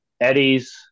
eddies